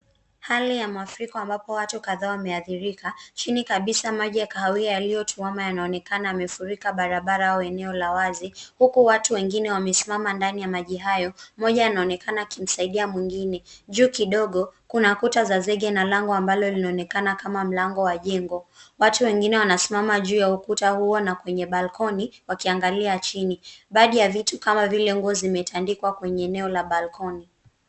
Hali ya mafuriko ambapo watu kadhaa wameathirika. Chini kabisa maji ya kahawia yaliyotuama, yanaonekana yamefurika barabara au eneo la wazi, huku watu wengine wamesimama ndani ya maji hayo, mmoja anaonekana akimsaidia mwingine. Juu kidogo kuna kuta za zege na lango ambalo linaonekana kama mlango wa jengo. Watu wengine wanasimama juu ya ukuta huo na kwenye balcony wakiangalia chini. Baadhi ya vitu kama vile nguo zimetandikwa kwenye eneo la balcony .